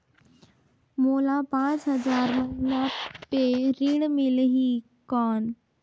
मोला पांच हजार महीना पे ऋण मिलही कौन?